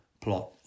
plot